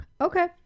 Okay